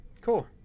cool